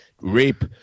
rape